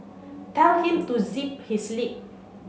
tell him to zip his lip